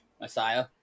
Messiah